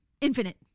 Infinite